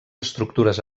estructures